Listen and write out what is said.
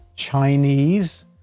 Chinese